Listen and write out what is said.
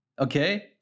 Okay